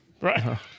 Right